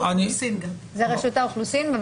זה רשות האוכלוסין.